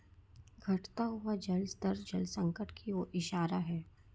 घटता हुआ जल स्तर जल संकट की ओर इशारा है